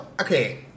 Okay